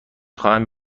خواهم